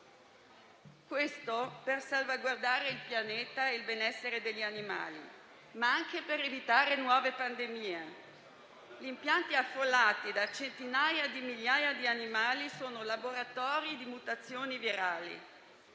fine di salvaguardare il pianeta e il benessere degli animali, ma anche per evitare nuove pandemie. Gli impianti affollati da centinaia di migliaia di animali sono laboratori di mutazioni virali.